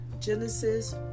Genesis